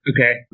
Okay